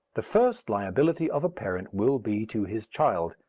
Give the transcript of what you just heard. the first liability of a parent will be to his child,